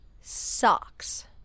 Socks